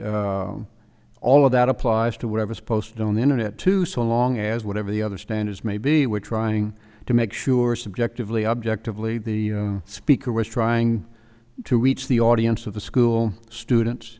me all of that applies to whatever's posted on the internet too so long as whatever the other standards may be we're trying to make sure subjectively objectively the speaker was trying to reach the audience of the school students